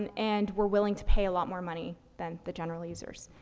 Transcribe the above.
and and were willing to pay a lot more money than the general users.